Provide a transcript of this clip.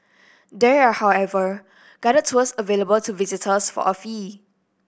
there are however guided tours available to visitors for a fee